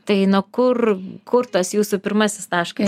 tai na kur kur tas jūsų pirmasis taškas